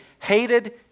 hated